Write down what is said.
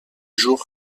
jour